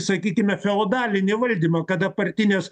sakykime feodalinį valdymą kada partinės